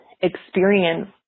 experience